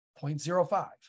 0.05